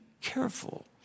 careful